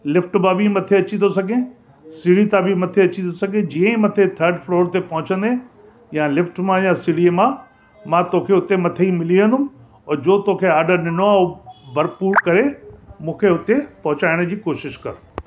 lift मां बि मथे अची थो सघें सीड़ियुनि ता बि मथे अची थो सघें जीअं ई मथे थर्ड फ्लॉर ते पहुचंदे या लिफ़्ट मां या सीड़ीअ मां मां तोखे उते मथे ई मिली वेंदुमि हुओ जो तोखे आडर ॾिनो हुओ भरपूर करे मूंखे हुते पहुचाइण जी कोशिश कर